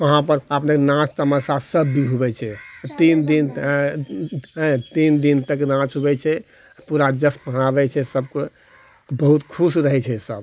वहाँपर अपने नाच तमाशा सब भी हुवै छै तीन दिन तक हँ तीन दिन तक नाच हुवै छै पूरा जश्न मनावै छै सब कोइ बहुत खुश रहै छै सब